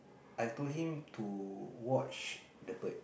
I told him to watch the bird